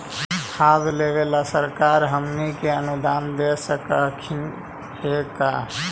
खाद लेबे सरकार हमनी के अनुदान दे सकखिन हे का?